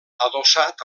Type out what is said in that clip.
adossat